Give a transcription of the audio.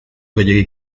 gehiegi